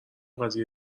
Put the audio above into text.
قضیه